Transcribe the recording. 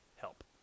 help